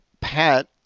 pat